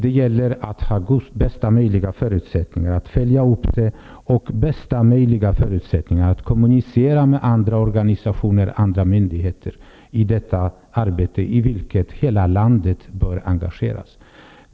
Det gäller att man har bästa möjliga förutsättningar att följa upp den och att kommunicera med andra organisationer och andra myndigheter i detta arbete, i vilket hela landet bör engageras.